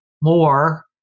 more